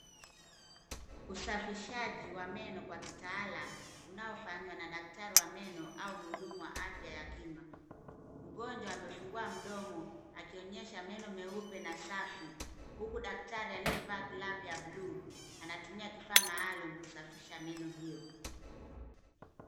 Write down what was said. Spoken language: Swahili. Usafishaji wa meno kwa kitaalamu, unaofanywa na daktari wa meno au mhudumu wa afya ya kinywa. Mgonjwa amefungua mdomo, akionyesha meno meupe na safi, huku daktari aliyevaa glavu ya blue anatumia kifaa maalumu kusafisha meno hio.